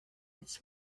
its